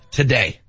today